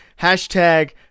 hashtag